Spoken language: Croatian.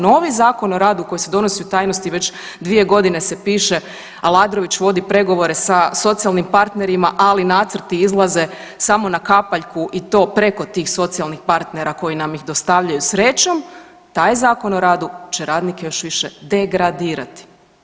Novi Zakon o radu koji se donosi u tajnosti se već dvije godine se piše, Aladrović vodi pregovore sa socijalnim partnerima, ali nacrti izlaze samo na kapaljku i to preko tih socijalnih partnera koji nam ih dostavljaju srećom taj je Zakon o radu će radnike još više degradirati.